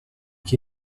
qui